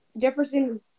Jefferson